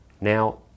Now